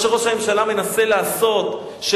מה שמנסה לעשות ראש הממשלה,